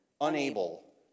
unable